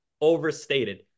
overstated